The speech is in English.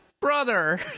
Brother